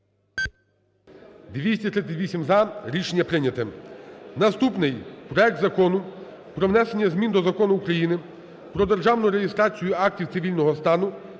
За-238 Рішення прийняте. Наступний – проект Закону про внесення змін до Закону України "Про державну реєстрацію актів цивільного стану"